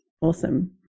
awesome